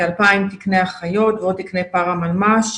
כ-2,000 תקני אחיות ועוד תקני פרא מנמ"ש.